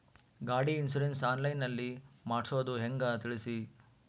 ಗಾಡಿ insurance online ನಲ್ಲಿ ಮಾಡ್ಸೋದು ಹೆಂಗ ತಿಳಿಸಿ?